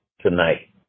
tonight